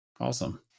Awesome